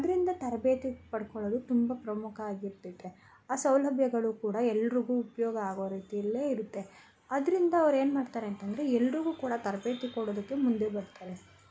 ಆದ್ದರಿಂದ ತರಬೇತಿ ಪಡ್ಕೊಳ್ಳೋದು ತುಂಬ ಪ್ರಮುಖ ಆಗಿರ್ತೈತೆ ಆ ಸೌಲಭ್ಯಗಳು ಕೂಡ ಎಲ್ರಿಗೂ ಉಪ್ಯೋಗ ಆಗೋ ರೀತಿಯಲ್ಲೇ ಇರುತ್ತೆ ಅದರಿಂದ ಅವ್ರು ಏನ್ಮಾಡ್ತಾರೆ ಅಂತಂದರೆ ಎಲ್ರಿಗೂ ಕೂಡ ತರಬೇತಿ ಕೊಡೊದಕ್ಕೆ ಮುಂದೆ ಬರ್ತಾರೆ